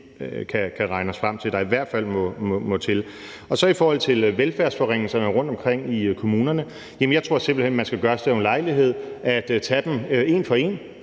kan regne os frem til der i hvert fald må til. I forhold til velfærdsforringelserne rundtomkring i kommunerne tror jeg simpelt hen, man skal gøre sig den ulejlighed at tage dem en for en